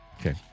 Okay